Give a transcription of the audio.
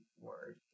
word